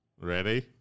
Ready